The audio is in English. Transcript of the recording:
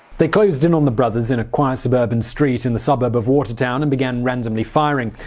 they closed in on the brothers in a quiet suburban street in the suburb of watertown and began randomly firing.